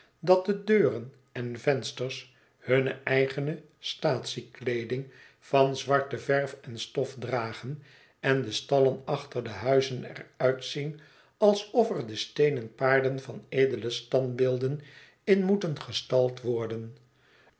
dat de deuren en vensters hunne eigene staatsiekleeding van zwarte verf en stof dragen en de stallen achter de huizen er uitzien alsof er de steenen paarden van edele standbeelden in moesten gestald worden